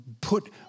put